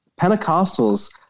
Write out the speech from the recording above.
Pentecostals